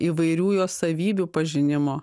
įvairių jos savybių pažinimo